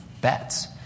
bets